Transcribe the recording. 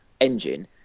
engine